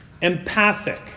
empathic